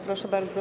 Proszę bardzo.